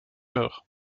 heures